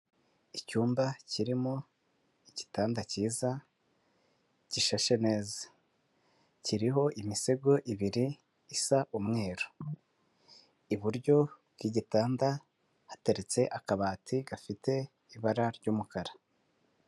Icyumba kirimo igitanda cyiza gishashe neza, kiriho imisego ibiri isa umweru, iburyo bw'igitanda hateretse akabati gafite ibara ry'umukara.